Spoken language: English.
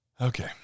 Okay